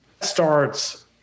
starts